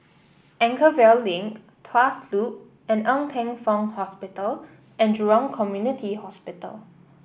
Anchorvale Link Tuas Loop and Ng Teng Fong Hospital and Jurong Community Hospital